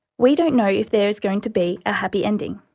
we don't know if there's going to be a happy ending.